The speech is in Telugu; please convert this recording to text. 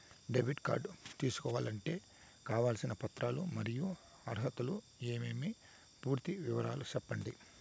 క్రెడిట్ కార్డు తీసుకోవాలంటే కావాల్సిన పత్రాలు మరియు అర్హతలు ఏమేమి పూర్తి వివరాలు సెప్పండి?